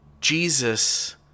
Jesus